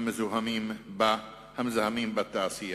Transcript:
המזהמים בתעשייה.